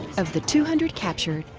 of the two hundred captured,